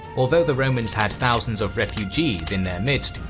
although the romans had thousands of refugees in their midst,